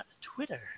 Twitter